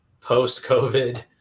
post-COVID